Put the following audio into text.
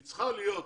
היא צריכה להיות